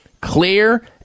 Clear